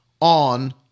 on